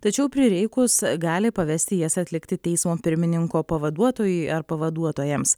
tačiau prireikus gali pavesti jas atlikti teismo pirmininko pavaduotojui ar pavaduotojams